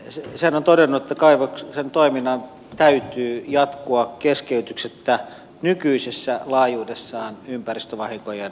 sehän on todennut että kaivoksen toiminnan täytyy jatkua keskeytyksettä nykyisessä laajuudessaan ympäristövahinkojen estämiseksi